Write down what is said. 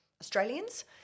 Australians